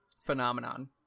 phenomenon